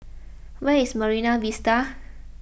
where is Marine Vista